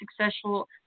successful